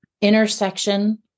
intersection